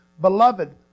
Beloved